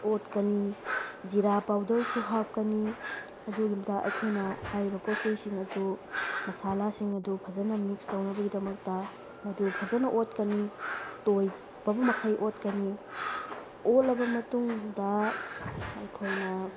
ꯑꯣꯠꯀꯅꯤ ꯖꯤꯔꯥ ꯄꯥꯎꯗꯔꯁꯨ ꯍꯥꯞꯀꯅꯤ ꯑꯗꯨꯒꯤꯗ ꯑꯩꯈꯣꯏꯅ ꯍꯥꯏꯔꯤꯕ ꯄꯣꯠ ꯆꯩꯁꯤꯡ ꯑꯗꯨ ꯃꯁꯂꯥꯁꯤꯡ ꯑꯗꯨ ꯐꯖꯅ ꯃꯤꯛꯁ ꯇꯧꯅꯕꯒꯤꯗꯃꯛꯇ ꯃꯗꯨ ꯐꯖꯅ ꯑꯣꯠꯀꯅꯤ ꯇꯣꯏꯕ ꯃꯈꯩ ꯑꯣꯠꯀꯅꯤ ꯑꯣꯠꯂꯕ ꯃꯇꯨꯡꯗ ꯑꯩꯈꯣꯏꯅ